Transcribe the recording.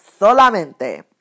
Solamente